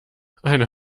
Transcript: eine